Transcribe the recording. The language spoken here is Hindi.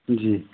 जी